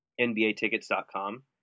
nbatickets.com